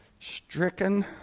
stricken